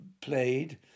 played